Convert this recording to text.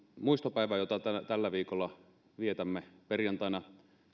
muistopäivään jota tällä viikolla vietämme perjantaina